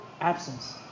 absence